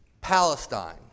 Palestine